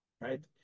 right